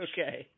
Okay